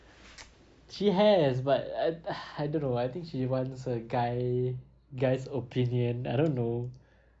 she has but I uh I don't know I think she wants a guy guy's opinion I don't know